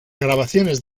grabaciones